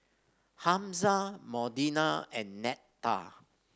Hamza Modena and Netta